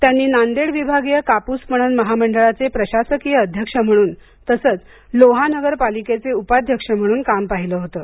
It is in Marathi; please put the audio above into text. त्यांनी नांदेड विभागीय कापूस पणन महामंडळाचे प्रशासकीय अध्यक्ष म्हणून तसंचं लोहा नगर पालिकेचे उपाध्यक्ष म्हणून काम पाहिलं होतं